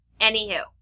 Anywho